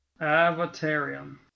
Avatarium